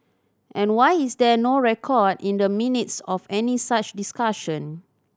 and why is there no record in the Minutes of any such discussion